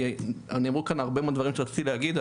כי נאמרו כאן הרבה מאוד דברים שרציתי להגיד,